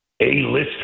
A-list